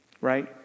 right